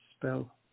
spell